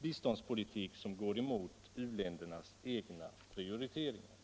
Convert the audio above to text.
biståndspolitik som går emot u-ländernas egna prioriteringar.